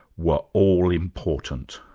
were all important.